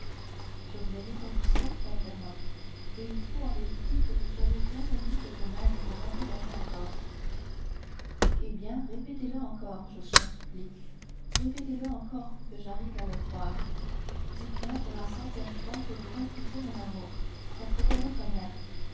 je vous ai répondu cent fois fernand et il faut en vérité que vous soyez bien ennemi de vous-même pour m'interroger encore eh bien répétez le encore je vous en supplie répétez le encore pour que j'arrive à le croire dites-moi pour la centième fois que vous refusez mon amour qu'approuvait votre mère